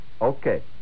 Okay